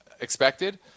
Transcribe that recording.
expected